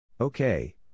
Okay